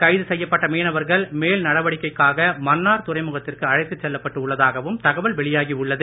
கைது செய்யப்பட்ட மீனவர்கள் மேல் நடவடிக்கைக்காக மன்னார் துறைமுகத்திற்கு அழைத்து செல்லப்பட்டு உள்ளதாகவும் தகவல் வெளியாகி உள்ளது